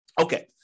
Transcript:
Okay